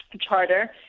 charter